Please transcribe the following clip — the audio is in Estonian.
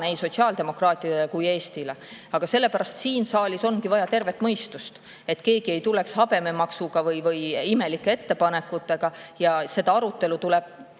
ei sotsiaaldemokraatide ega Eesti eripära. Aga sellepärast siin saalis ongi vaja tervet mõistust, et keegi ei tuleks habememaksuga või imelike ettepanekutega. Seda arutelu tuleb